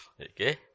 Okay